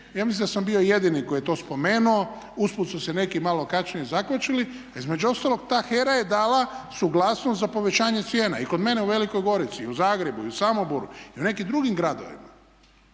ja mislim da sam bio jedini koji je to spomenuo. Usput su se neki malo kasnije zakvačili, a između ostalog ta HERA je dala suglasnost za povećanje cijena i kod mene u Velikoj Gorici i u Zagrebu i u Samoboru i u nekim drugim gradovima.